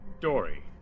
Dory